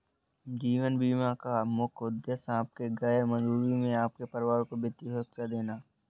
जीवन बीमा का मुख्य उद्देश्य आपकी गैर मौजूदगी में आपके परिवार को वित्तीय सुरक्षा देना